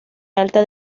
alta